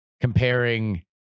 comparing